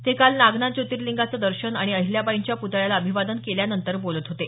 ते काल नागनाथ ज्योतिर्लिंगाचं दर्शन तसंच अहिल्याबाईंच्या पुतळ्याला अभिवादन केल्यानंतर बोलत होते